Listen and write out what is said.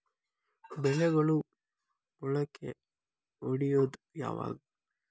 ಬೆಳೆಗಳು ಮೊಳಕೆ ಒಡಿಯೋದ್ ಯಾವಾಗ್?